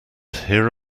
here